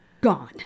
gone